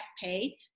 Pay